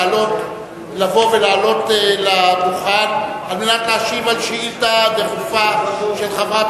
לבוא ולעלות לדוכן על מנת להשיב על שאילתא דחופה של חברת